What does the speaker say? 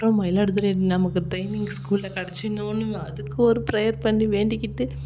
அப்புறம் மயிலாடுதுறையில நமக்கு ட்ரைனிங் ஸ்கூல்ல கிடைச்சிரணுன்னு அதுக்கு ஒரு ப்ரேயர் பண்ணி வேண்டிக்கிட்டு